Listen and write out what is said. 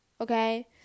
Okay